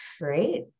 Great